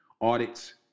audits